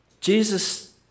Jesus